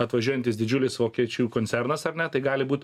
atvažiuojantis didžiulis vokiečių koncernas ar ne tai gali būt